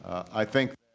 i think